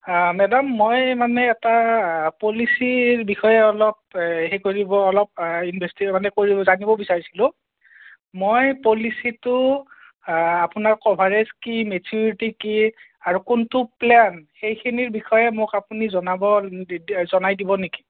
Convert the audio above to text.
madam মই মানে এটা পলিচিৰ বিষয়ে অলপ সেই কৰিব অলপ ইনভেচটিগেট মানে কৰিব জানিব বিচাৰিছিলোঁ মই পলিচিটো আপোনাৰ কভাৰেজ কি মিচিউৰিটি কি আৰু কোনটো প্লেন সেইখিনিৰ বিষয়ে মোক আপুনি জনাব জনাই দিব নেকি